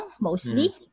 mostly